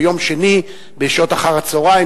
ביום שני בשעות אחר-הצהריים,